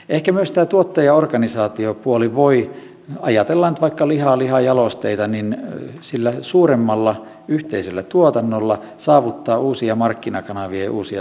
ehkä myös tämä tuottajaorganisaatiopuoli voi ajatellaan nyt vaikka lihaa lihajalosteita sillä suuremmalla yhteisellä tuotannolla saavuttaa uusia markkinakanavia ja uusia tuottajia